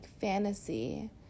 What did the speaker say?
fantasy